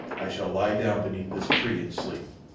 i shall lie down beneath this tree and sleep.